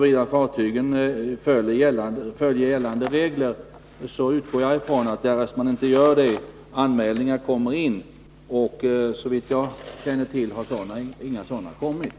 Vidare utgår jag från att anmälningar kommer in om fartygen inte följer gällande regler. Såvitt jag vet har inga anmälningar gjorts.